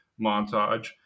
montage